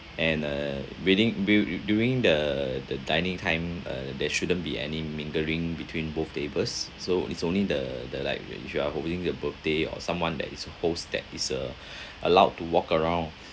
and uh buding bu~ during the the dining time uh there shouldn't be any mingling between both tables so it's only the the like uh if you are holding a birthday or someone that is a host that is uh allowed to walk around